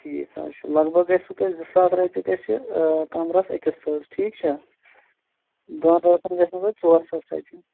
ٹھیٖک حظ چھُ لگ بگ گژھِوٕ تۄہہِ زٕ ساس رۄپیہِ گژھِ کَمرَس أکِس حظ ٹھیٖک چھا دۄن رٲژَن گژھنو تۄہہِ ژور ساس رۄپیہِ